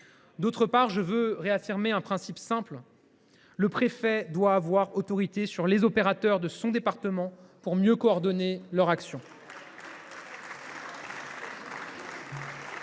D’autre part, je veux réaffirmer un principe simple : le préfet doit avoir autorité sur les opérateurs de son département, pour mieux coordonner leur action.